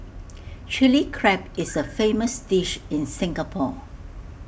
Chilli Crab is A famous dish in Singapore